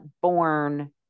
born